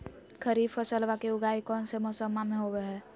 खरीफ फसलवा के उगाई कौन से मौसमा मे होवय है?